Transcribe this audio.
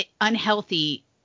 unhealthy